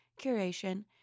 curation